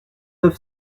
neuf